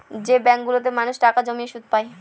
যে ব্যাঙ্কগুলোতে মানুষ টাকা জমিয়ে সুদ পায়